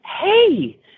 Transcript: hey